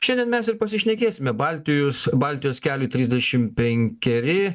šiandien mes ir pasišnekėsime baltijos baltijos keliui trisdešimt penkeri